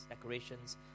decorations